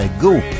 Go